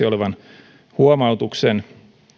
olevan huomautuksen